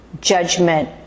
judgment